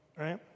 right